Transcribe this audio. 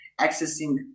accessing